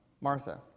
Martha